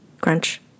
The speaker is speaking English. Crunch